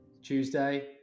Tuesday